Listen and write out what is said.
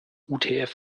utf